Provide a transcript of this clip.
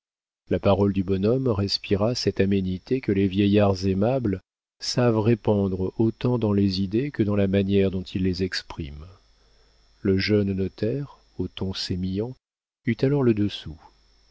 la parole du bonhomme respira cette aménité que les vieillards aimables savent répandre autant dans les idées que dans la manière dont ils les expriment le jeune notaire au ton sémillant eut alors le dessous